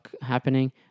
happening